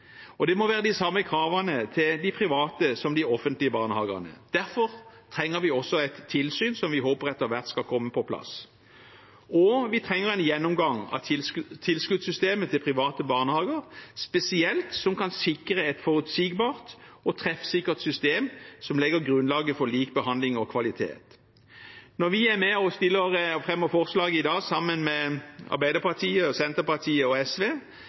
og det må være de samme kravene til de private som til de offentlige barnehagene. Derfor trenger vi et tilsyn, som vi håper skal komme på plass etter hvert, og vi trenger en gjennomgang av tilskuddssystemet til private barnehager spesielt, som kan sikre et forutsigbart og treffsikkert system som legger grunnlaget for lik behandling og kvalitet. Når vi i dag, sammen med Arbeiderpartiet, Senterpartiet og SV, er med på komiteens forslag